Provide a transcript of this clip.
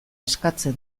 eskatzen